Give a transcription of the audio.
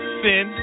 sin